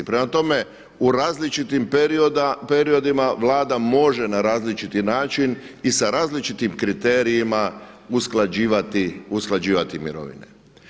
Prema tome, u različitim periodima Vlada može na različiti način i sa različitim kriterijima usklađivati mirovine.